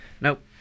Nope